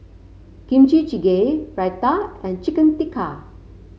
Kimchi Jjigae Raita and Chicken Tikka